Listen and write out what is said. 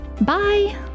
Bye